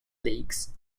leagues